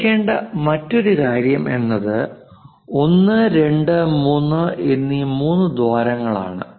ശ്രദ്ധിക്കേണ്ട മറ്റൊരു കാര്യം എന്നത് 1 2 3 എന്നീ മൂന്ന് ദ്വാരങ്ങളാണ്